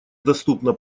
доступно